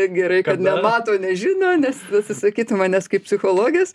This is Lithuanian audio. gerai kad nemato nežino nes atsisakytų manęs kaip psichologės